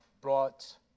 brought